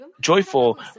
joyful